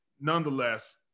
nonetheless